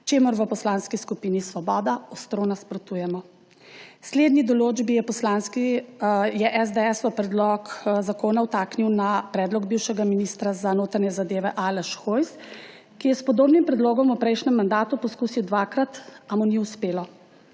čemur v Poslanski skupini Svoboda ostro nasprotujemo. Slednjo določbo je SDS v predlog zakona vtaknil na predlog bivšega ministra za notranje zadeve Aleša Hojsa, ki je s podobnim predlogom v prejšnjem mandatu poizkusil dvakrat, a mu ni uspelo.